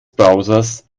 browsers